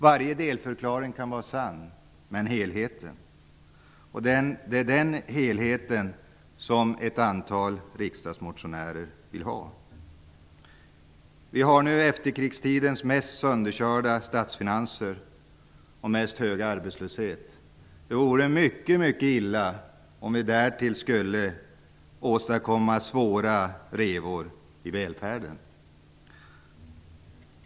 Varje delförklaring kan vara sann, men helheten saknas. Det är den helheten som ett antal riksdagsmotionärer vill ha. Vi har nu efterkrigstidens mest sönderkörda statsfinanser och högsta arbetslöshet. Det vore mycket mycket illa om vi därtill skulle åstadkomma svåra revor i välfärden.